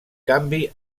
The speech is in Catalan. canvi